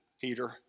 Peter